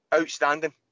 outstanding